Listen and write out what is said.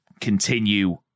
continue